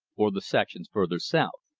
or the sections further south.